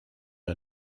are